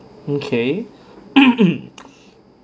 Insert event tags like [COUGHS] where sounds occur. okay [COUGHS]